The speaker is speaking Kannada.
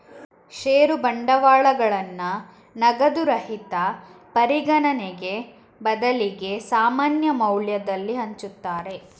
ಷೇರು ಬಂಡವಾಳಗಳನ್ನ ನಗದು ರಹಿತ ಪರಿಗಣನೆಗೆ ಬದಲಿಗೆ ಸಾಮಾನ್ಯ ಮೌಲ್ಯದಲ್ಲಿ ಹಂಚುತ್ತಾರೆ